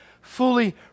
fully